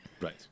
Right